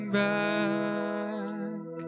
back